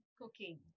cooking